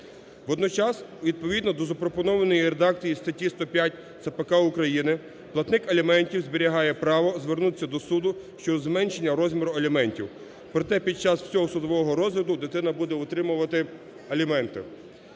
Водночас, відповідно до запропонованої редакції статті ЦПК України, платник аліментів зберігає право звернутись до суду щодо зменшення розміру аліментів. Проте, під час всього судового розгляду дитина буде отримувати аліменти.